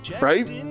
Right